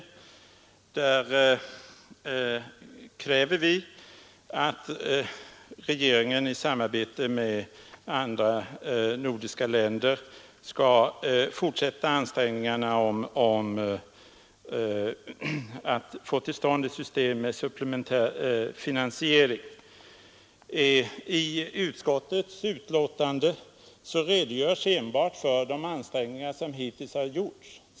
I den första av dessa kräver vi att regeringen i samarbete med andra nordiska länder skall fortsätta ansträngningarna att få till stånd ett system med supplementär finansiering. I utskottets betänkande redogörs enbart för de ansträngningar som hittills har gjorts.